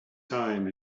time